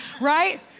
right